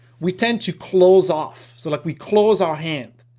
we tend to close off. so like we close our hand,